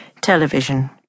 television